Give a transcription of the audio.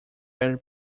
very